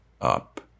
up